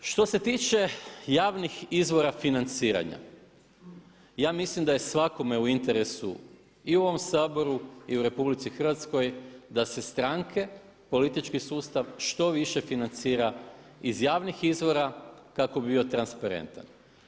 Što se tiče javnih izvora financiranja, ja mislim da je svakome u interesu i u ovom Saboru i u RH da se stranke politički sustav što više financira iz javnih izvora kako bi bio transparentan.